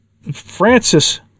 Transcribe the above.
Francis